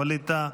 ווליד טאהא,